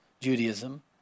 Judaism